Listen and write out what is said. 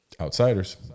outsiders